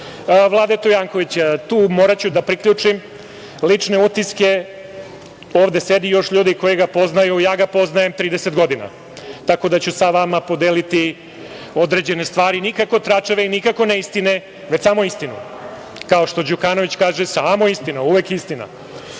Vladeta Jankovića. Tu moraću da priključim lične utiske, ovde sedi još ljudi koji ga poznaju, ja ga poznajem 30 godina, tako da ću sa vama podeliti određene stvari nikako tračeve i nikako neistine, već samo istinu, kao što Đukanović kaže – samo istina, uvek istina. Dakle,